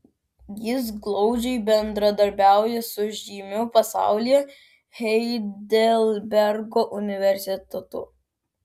jis glaudžiai bendradarbiauja su žymiu pasaulyje heidelbergo universitetu